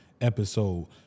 episode